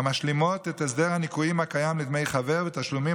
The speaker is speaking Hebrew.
הן משלימות את הסדר הניכויים הקיים לדמי חבר ותשלומים